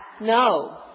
No